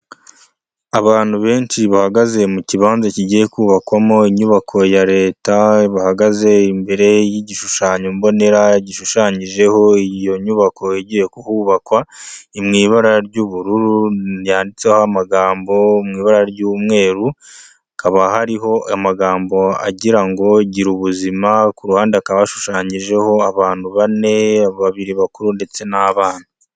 Abantu benshi bahagaze mu kibanza kigiye kubakwamo inyubako ya leta bahagaze imbere y'igishushanyo mbonera gishushanyijeho iyo nyubako igiye hubakwa mu ibara ry'ubururu yanditseho amagambo mu ibara ry'umweru hakaba hariho amagambo agira ngo gira ubuzima ku ruhande akaba ashushanyijeho abantu bane, babiri bakuru ndetse n'abana.